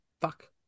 fuck